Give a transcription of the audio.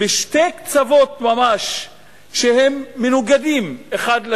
בשני קצוות ממש שהם מנוגדים האחד לשני,